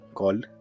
called